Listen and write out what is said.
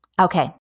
Okay